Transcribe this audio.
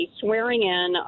swearing-in